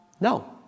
No